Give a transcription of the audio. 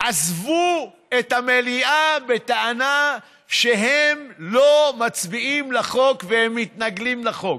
ועזבו את המליאה בטענה שהם לא מצביעים על החוק והם מתנגדים לחוק.